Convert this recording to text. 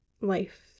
life